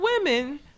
women